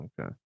okay